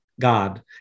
God